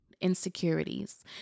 insecurities